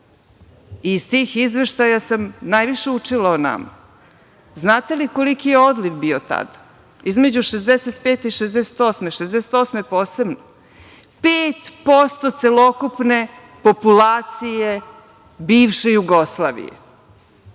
i iz tih izveštaja sam najviše učila o nama, znate li koliki je odliv bio tad? Između 1965. - 1968. godine, 1968. godine posebno, 5% celokupne populacije bivše Jugoslavije.